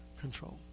control